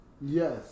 Yes